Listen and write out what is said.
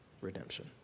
redemption